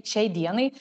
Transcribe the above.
šiai dienai